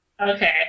Okay